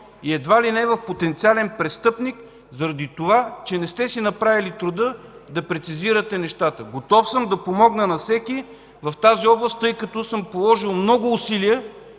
и едва ли не в потенциален престъпник, заради това че не сте си направили труда да прецизирате нещата. Готов съм да помогна на всеки в тази област, тъй като съм положил много усилия